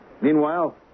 Meanwhile